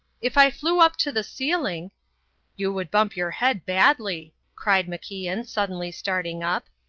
if i flew up to the ceiling you would bump your head badly, cried macian, suddenly starting up.